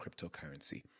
cryptocurrency